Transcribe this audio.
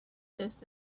this